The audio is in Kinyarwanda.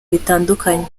bitandukanye